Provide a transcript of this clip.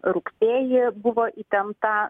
rugsėjį buvo įtempta